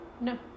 no